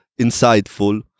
insightful